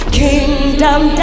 kingdom